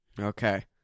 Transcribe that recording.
Okay